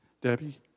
Debbie